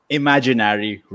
imaginary